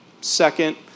Second